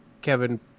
Kevin